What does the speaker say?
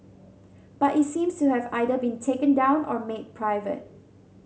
but it seems to have either been taken down or made private